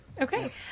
Okay